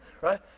right